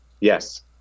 Yes